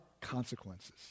consequences